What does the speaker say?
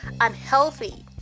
unhealthy